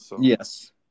Yes